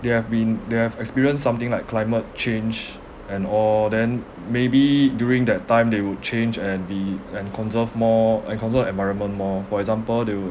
they have been they have experienced something like climate change and all then maybe during that time they would change and be and conserve more and conserve environment more for example they would